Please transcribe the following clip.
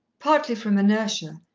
partly from inertia,